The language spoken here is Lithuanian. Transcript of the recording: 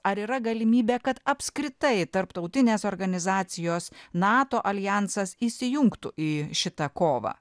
ar yra galimybė kad apskritai tarptautinės organizacijos nato aljansas įsijungtų į šitą kovą